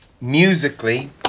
Musically